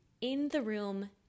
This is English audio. in-the-room